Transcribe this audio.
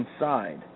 inside